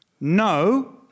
No